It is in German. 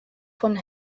von